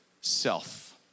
self